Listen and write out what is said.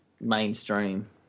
mainstream